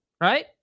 right